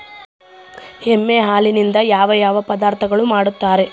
ಎಮ್ಮೆ ಹಾಲಿನಿಂದ ಯಾವ ಯಾವ ಪದಾರ್ಥಗಳು ಮಾಡ್ತಾರೆ?